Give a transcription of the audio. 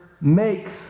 makes